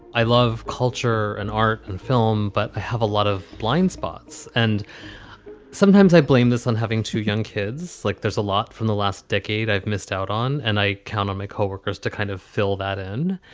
i love culture and art and film, but i have a lot of blindspots and sometimes i blame this on having two young kids like there's a lot from the last decade i've missed out on and i count on my co-workers to kind of fill that in.